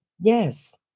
Yes